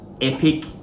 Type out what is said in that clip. epic